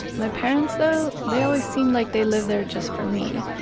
my parents though, they always seemed like they lived there just for me.